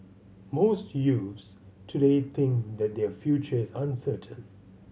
most youths today think that their future is uncertain